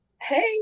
Hey